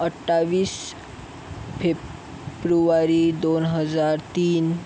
अठ्ठावीस फेब्रुवारी दोन हजार तीन